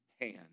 hand